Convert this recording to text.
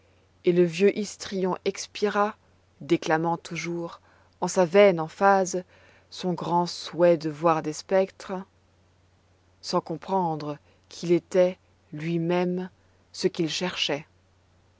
et le vieux histrion expira déclamant toujours en sa vaine emphase son grand souhait de voir des spectres sans comprendre qu'il était lui-même ce qu'il cherchait